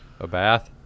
Abath